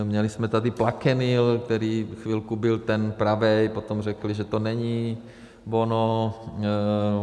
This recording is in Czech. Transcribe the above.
Měli jsme tady Plaquenil, který chvilku byl ten pravý, potom řekli, že to není ono.